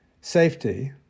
safety